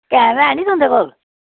time ऐ नी तुं'दे कोल